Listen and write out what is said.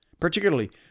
particularly